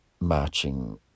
matching